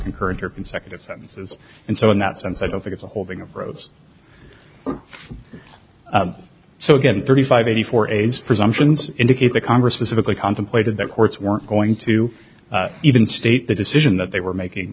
concurrent or consecutive sentences and so in that sense i don't think it's a holding of roads so again thirty five eighty four age presumptions indicate that congress specifically contemplated that court's weren't going to even state the decision that they were making